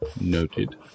Noted